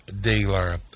dealer